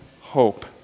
hope